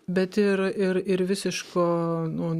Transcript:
bet ir ir ir visiško nu